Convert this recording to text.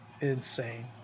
insane